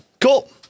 Cool